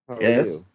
Yes